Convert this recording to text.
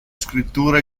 scrittura